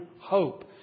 hope